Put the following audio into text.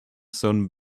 sun